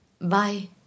bye